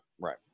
Right